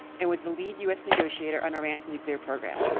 and was the lead us negotiator on iran's nuclear program.